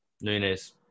Nunes